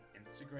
Instagram